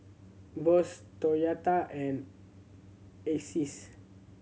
Bose Toyota and Asics